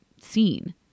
scene